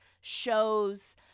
shows